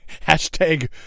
hashtag